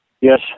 Yes